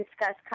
discuss